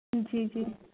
जी जी